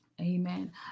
amen